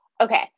Okay